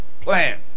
plan